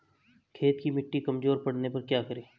खेत की मिटी कमजोर पड़ने पर क्या करें?